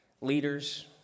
leaders